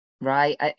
right